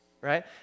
right